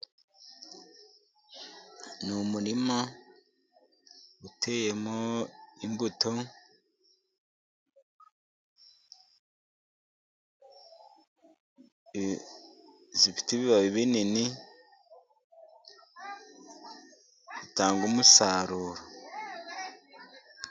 Ni umurima uteyemo imbuto zifite ibibabi binini. Zitanga umusaruro.